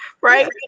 Right